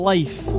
Life